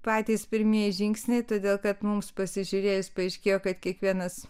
patys pirmieji žingsniai todėl kad mums pasižiūrėjus paaiškėjo kad kiekvienas